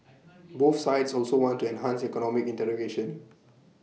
both sides also want to enhance economic integration